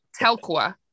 Telqua